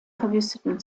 verwüsteten